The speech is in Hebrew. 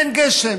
אין גשם.